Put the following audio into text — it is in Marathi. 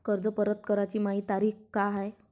कर्ज परत कराची मायी तारीख का हाय?